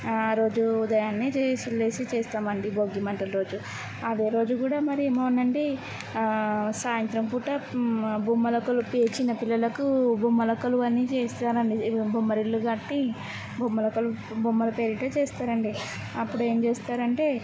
ఆ రోజూ ఉదయాన్నే చేసి లేసి చేస్తామండి భోగిమంట రోజు అదే రోజు కూడా మరేమోనండి సాయంత్రంపూట బొమ్మల కొలువు పేర్చి చిన్నపిల్లలకు బొమ్మల కొలువని చేస్తారండి ఈ బొమ్మరిళ్ళు కట్టి బొమ్మల కొలువు బొమ్మల పేరిట చేస్తారండి అప్పుడు ఏమి చేస్తారంటే